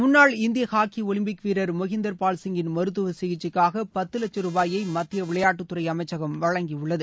முன்னாள் இந்திய hockey Olympic வீரர் மொஹிந்தர் பால் சிங் கின் மருத்துவ சிகிச்சைக்காக பத்து லட்சும் ரூபாயை மத்திய விளையாட்டுத்துறை அமைச்சகம் வழங்கியுள்ளது